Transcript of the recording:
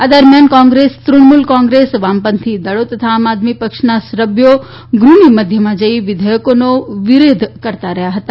આ દરમિયાન કોંગ્રેસ તૃણમુલ કોંગ્રેસ વામપંથી દળો તથા આમ આદમી પક્ષના સભ્યો ગૃહની મધ્યમાં જઇ વિધેયકોનો વિરોધ કરતા રહ્યાં હતા